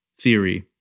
theory